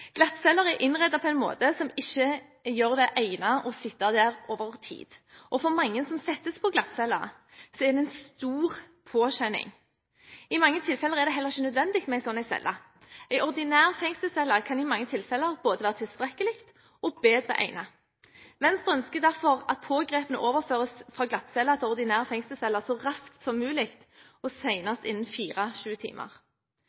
Glattceller er innredet på en måte som ikke gjør dem egnet til å sitte i over tid, og for mange som settes på glattcelle, er det en stor påkjenning. I mange tilfeller er det heller ikke nødvendig med en slik celle. En ordinær fengselscelle kan i mange tilfeller både være tilstrekkelig og bedre egnet. Venstre ønsker derfor at pågrepne overføres fra glattcelle til ordinær fengselscelle så raskt som mulig, og